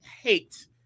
hate